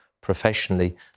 professionally